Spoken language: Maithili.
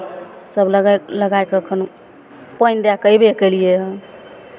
सभ लगाए लगाए कऽ अपन पानि दऽ कऽ अयबे केलियै हइ